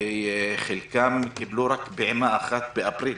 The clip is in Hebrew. וחלקם קיבלו רק פעימה אחת באפריל.